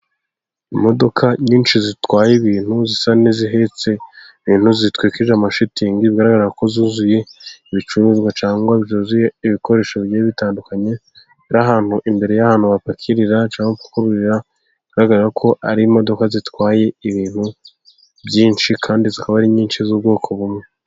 Imodoka nyinshi zitwaye ibintu zisa n'izihetse ibintu, zitwikije amashitingi bigaragara ko zuzuye ibicuruzwa cyangwa zuzuye ibikoresho bigiye bitandukanye biri ahantu imbere y'abantu bapakirira. Bigaragara ko ari imodoka zitwaye ibintu byinshi kandi zikaba ari nyinshi z'ubwoko bumwe.